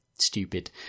stupid